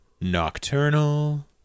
Nocturnal